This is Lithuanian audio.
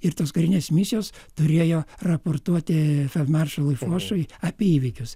ir tos karinės misijos turėjo raportuoti feldmaršalui fošui apie įvykius